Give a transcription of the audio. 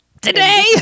Today